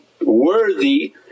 worthy